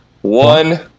One